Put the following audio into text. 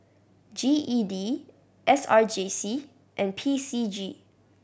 G E D S R J C and P C G